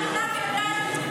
את יודעת מה?